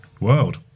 world